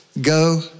go